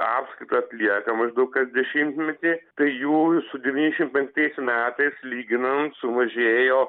apskaitą atlieka maždaug kas dešimtmetį tai jų su devyniasdešimt penktais metais lyginant sumažėjo